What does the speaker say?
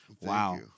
wow